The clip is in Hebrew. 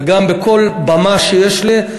וגם בכל במה שיש לי,